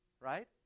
Right